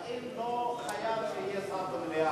האם לא חייב שיהיה שר במליאה?